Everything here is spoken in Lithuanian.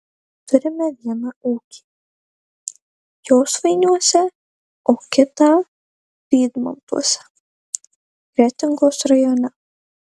turime vieną ūkį josvainiuose o kitą vydmantuose kretingos rajone